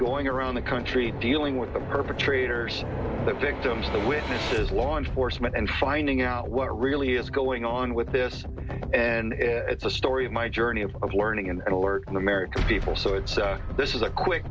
going around the country dealing with the perpetrators that victims the witnesses law enforcement and finding out what really is going on with this and it's a story of my journey of learning and or the american people so it's this is a quick